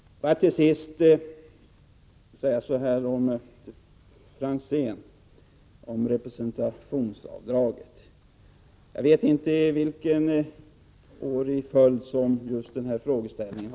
Om representationsavdragen vill jag till Tommy Franzén säga: Jag vet inte vilket år i följd det är som vi diskuterar den här frågeställningen.